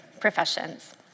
professions